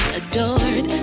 adored